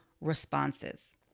responses